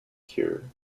cure